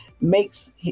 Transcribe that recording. makes